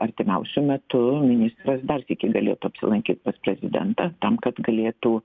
artimiausiu metu ministras dar sykį galėtų apsilankyt pas prezidentą tam kad galėtų